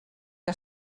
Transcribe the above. que